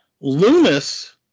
Loomis